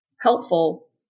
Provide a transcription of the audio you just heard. helpful